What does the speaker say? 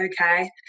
okay